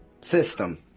system